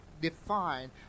define